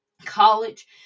college